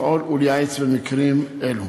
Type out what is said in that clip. הידע החוקי והכלים לפעול ולייעץ במקרים אלו.